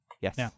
Yes